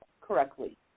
correctly